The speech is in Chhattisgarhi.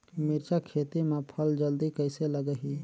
मिरचा खेती मां फल जल्दी कइसे लगही?